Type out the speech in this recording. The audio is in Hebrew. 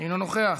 אינו נוכח,